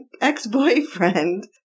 ex-boyfriend